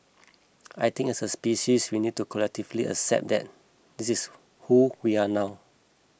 I think as a species we need to collectively accept that this is who we are now